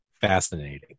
fascinating